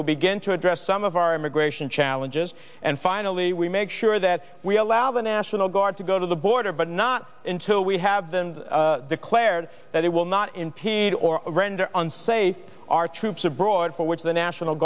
will begin to address some of our immigration challenges and finally we make sure that we allow the national guard to go to the border but not until we have been declared that it will not in paid or render on say our troops abroad for which the national